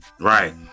Right